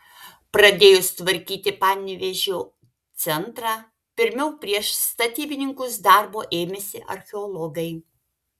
pradėjus tvarkyti panevėžio centrą pirmiau prieš statybininkus darbo ėmėsi archeologai